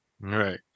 Right